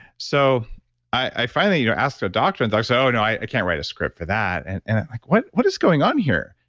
so i finally you know asked a doctor and doctor said, oh, no, i can't write a script for that. and and i'm like, what what is going on here?